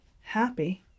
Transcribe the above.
happy